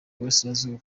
uburasirazuba